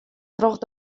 troch